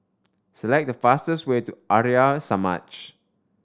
select the fastest way to Arya Samaj